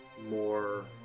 more